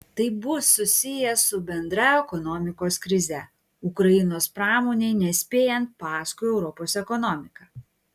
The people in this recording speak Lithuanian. tai bus susiję su bendra ekonomikos krize ukrainos pramonei nespėjant paskui europos ekonomiką